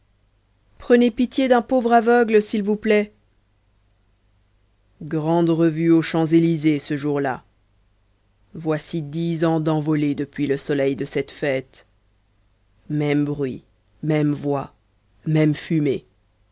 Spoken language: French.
prenez pitié d'un pauvre aveugle s'il vous plaît grande revue aux champs-élysées ce jour-là voici dix ans d'envolés depuis le soleil de cette fête mêmes bruits mêmes voix même fumée